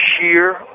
sheer